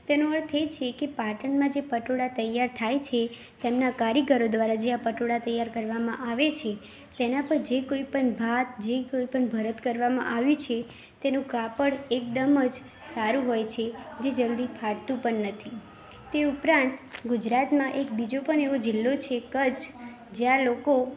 તેનો અર્થ એ છે કે પાટણમાં જે પટોળા તૈયાર થાય છે એમના કારીગરો દ્વારા જે આ પટોળા તૈયાર કરવામાં આવે છે તેનાં પર જે કોઇપણ ભાત જે કોઇપણ ભરત કરવામાં આવે છે તેનું કાપડ એકદમ જ સારું હોય છે જે જલ્દી ફાટતું પણ નથી તે ઉપરાંત ગુજરાતમાં એક બીજો પણ એવો જિલ્લો છે કચ્છ જ્યાં લોકો